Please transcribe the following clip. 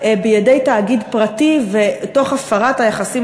בידי תאגיד פרטי ותוך הפרת היחסים